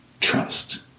trust